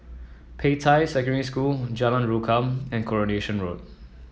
Peicai Secondary School Jalan Rukam and Coronation Road